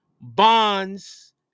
Bonds